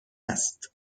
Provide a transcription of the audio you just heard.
است